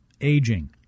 aging